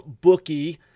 bookie